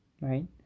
right